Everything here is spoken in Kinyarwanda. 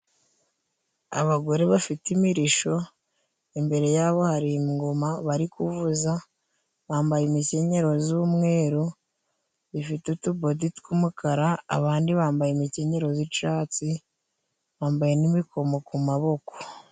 Abagore bafite imirishyo imbere yabo hari ingoma bari kuvuza, bambaye imikenyero y'umweru bifite utubodi tw'umukara, abandi bambaye imikenyero y'icyatsi bambaye n'ibikomo ku maboko.